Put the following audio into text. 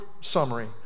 summary